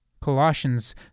Colossians